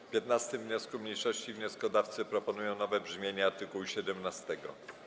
W 15. wniosku mniejszości wnioskodawcy proponują nowe brzmienie art. 17.